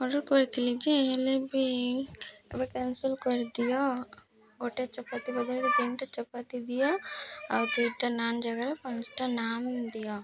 order କରିଥିଲି ଯେ ହେଲେ ବି ଏବେ କୈନ୍ସଲ୍ କରିଦିଅ ଗୋଟେ ଚପାତି ବଦଳରେ ତିନିଟା ଚପାତି ଦିଅ ଆଉ ଦୁଇଟା ନାନ୍ ଜାଗାରେ ପାଞ୍ଚଟା ନାନ୍ ଦିଅ